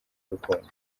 urukundo